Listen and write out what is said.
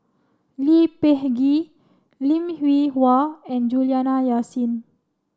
Lee Peh Gee Lim Hwee Hua and Juliana Yasin